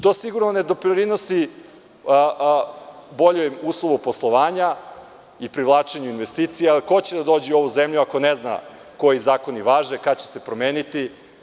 To sigurno ne doprinosi boljim uslovima poslovanja i privlačenju investicija, jer, ko će da dođe u ovu zemlju ako ne zna koji zakoni važe i kada će se promeniti?